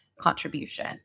contribution